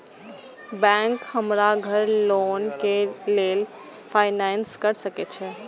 Bank हमरा घर loan के लेल फाईनांस कर सके छे?